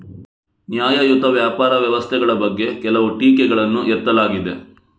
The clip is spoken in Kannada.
ನ್ಯಾಯಯುತ ವ್ಯಾಪಾರ ವ್ಯವಸ್ಥೆಗಳ ಬಗ್ಗೆ ಕೆಲವು ಟೀಕೆಗಳನ್ನು ಎತ್ತಲಾಗಿದೆ